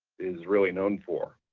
is really known for.